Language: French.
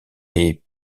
est